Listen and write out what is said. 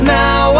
now